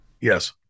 Yes